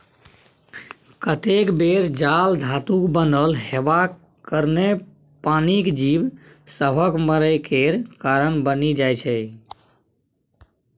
कतेक बेर जाल धातुक बनल हेबाक कारणेँ पानिक जीब सभक मरय केर कारण बनि जाइ छै